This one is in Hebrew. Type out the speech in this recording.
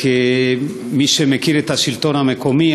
כמי שמכיר את השלטון המקומי,